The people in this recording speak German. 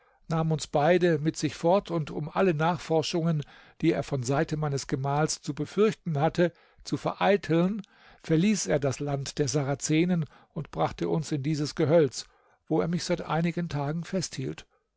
nahm uns beide mit sich fort und um alle nachforschungen die er von seite meines gemahls zu befürchten hatte zu vereiteln verließ er das land der sarazenen und brachte uns in dieses gehölz wo er mich seit einigen tagen festhielt